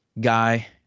guy